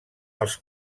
els